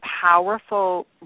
powerful